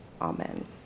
Amen